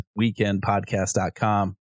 weekendpodcast.com